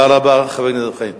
תודה רבה, חבר הכנסת דב חנין.